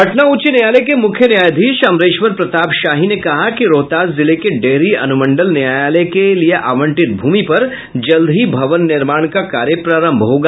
पटना उच्च न्यायालय के मुख्य न्यायाधीश अमरेश्वर प्रताप शाही ने कहा कि रोहतास जिले के डेहरी अनुमंडल न्यायालय के लिए आवंटित भूमि पर जल्द ही भवन निर्माण का कार्य प्रारंभ होगा